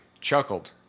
chuckled